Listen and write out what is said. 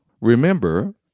remember